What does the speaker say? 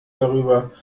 darüber